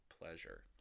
pleasure